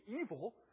evil